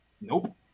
Nope